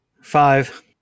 Five